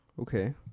Okay